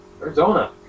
Arizona